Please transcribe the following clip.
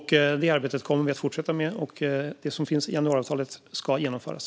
Det arbetet kommer vi att fortsätta med, och det som finns i januariavtalet ska genomföras.